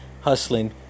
hustling